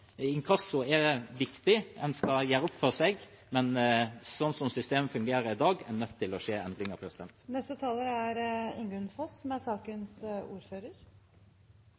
Inkasso er viktig, en skal gjøre opp for seg, men slik systemet fungerer i dag, er det nødt til å skje